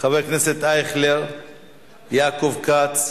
חבר הכנסת יעקב כץ.